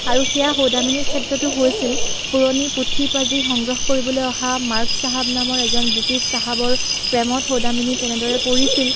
আৰু সেয়া সৌদামিনীৰ ক্ষেত্ৰতো হৈছিল পুৰণি পুথি পাজি সংগ্ৰহ কৰিবলৈ অহা মাৰ্ক চাহাব নামৰ এজন ব্ৰিটিছ চাহাবৰ প্ৰেমত সৌদামিনী কেনেদৰে পৰিছিল